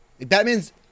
Batman's